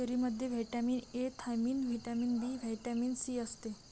चेरीमध्ये vitamin A, thiamine, vitamin B, vitamin C असते